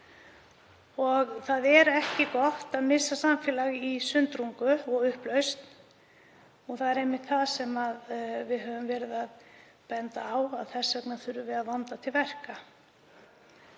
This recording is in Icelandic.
Það er ekki gott að missa samfélag í sundrungu og upplausn. Það er einmitt það sem við höfum verið að benda á og þess vegna þurfum við að vanda til verka.